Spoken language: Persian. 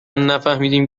نفهمدیم